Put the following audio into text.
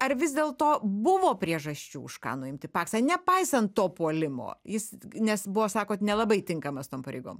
ar vis dėlto buvo priežasčių už ką nuimti paksą nepaisant to puolimo jis nes buvo sakot nelabai tinkamas tom pareigom